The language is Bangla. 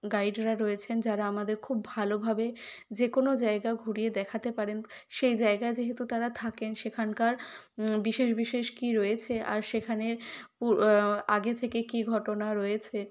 গাইডরা রয়েছেন যারা আমাদের খুব ভালোভাবে যে কোনও জায়গা ঘুরিয়ে দেখাতে পারেন সেই জায়গা যেহেতু তারা থাকেন সেখানকার বিশেষ বিশেষ কী রয়েছে আর সেখানের পূর আগে থেকে কী ঘটনা রয়েছে